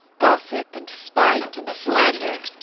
gossip and spite and slander,